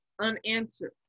unanswered